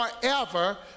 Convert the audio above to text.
forever